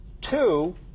two